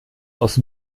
aus